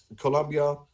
Colombia